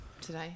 today